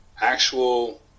actual